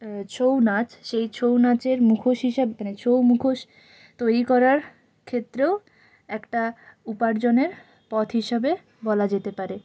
ছৌ নাচ সেই ছৌ নাচের মুখোশ হিসেবে ছৌ মুখোশ তৈরি করার ক্ষেত্রেও একটা উপার্জনের পথ হিসেবে বলা যেতে পারে